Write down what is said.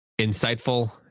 insightful